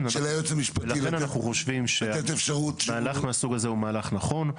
אנחנו חושבים שמהלך מהסוג הזה הוא מהלך נכון.